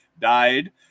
died